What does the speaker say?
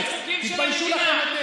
לא קומבינה.